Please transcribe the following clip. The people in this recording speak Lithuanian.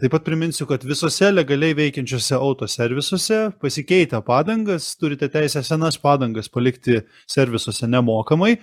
taip pat priminsiu kad visuose legaliai veikiančiuose autoservisuose pasikeitę padangas turite teisę senas padangas palikti servisuose nemokamai